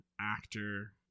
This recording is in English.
actor